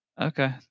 Okay